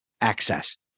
access